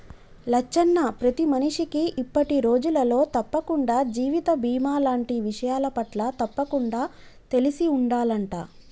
లచ్చన్న ప్రతి మనిషికి ఇప్పటి రోజులలో తప్పకుండా జీవిత బీమా లాంటి విషయాలపట్ల తప్పకుండా తెలిసి ఉండాలంట